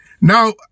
Now